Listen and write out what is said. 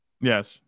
Yes